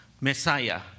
Messiah